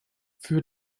für